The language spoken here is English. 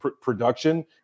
production